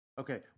Okay